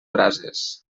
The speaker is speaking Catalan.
brases